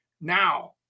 Now